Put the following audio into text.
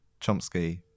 Chomsky